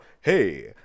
hey